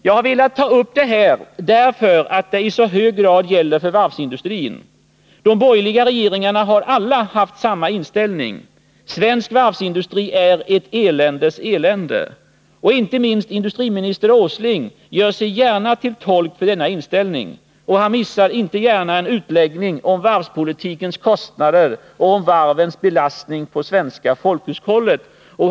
Jag har velat ta upp det här därför att det i så hög grad gäller för varvsindustrin. De borgerliga regeringarna har alla haft samma inställning: svensk varvsindustri är ett eländes elände. Inte minst industriminister Åsling gör sig gärna till tolk för denna inställning. Han missar inte gärna en utläggning om varvspolitikens kostnader och om varvens belastning på det svenska folkhushållet.